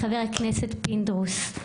חבר הכנסת פינדרוס,